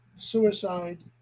suicide